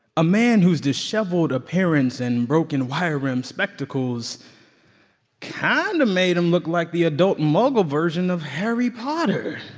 a man whose disheveled appearance and broken wire-rimmed spectacles kind of made him look like the adult muggle version of harry potter